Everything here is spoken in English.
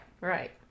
Right